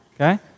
okay